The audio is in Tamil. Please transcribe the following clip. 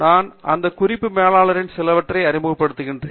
நான் அந்த குறிப்பு மேலாளர்களில் சிலவற்றை அறிமுகப்படுத்துகிறேன்